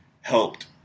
helped